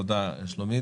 תודה, שלומית.